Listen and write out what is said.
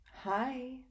Hi